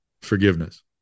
Forgiveness